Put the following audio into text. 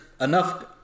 enough –